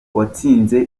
watsinze